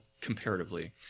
comparatively